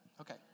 Okay